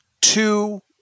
two